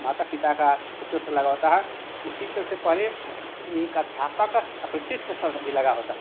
माता पिता का बच्चों से लगाव होता हे उसी तरह से पहले एक अध्यापक अपने शिष्य के भी लगा होता था